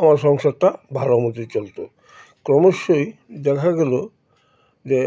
আমার সংসারটা ভালো মতো চলতো ক্রমশই দেখা গেলো যে